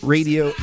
Radio